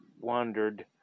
wandered